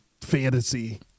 fantasy